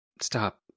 stop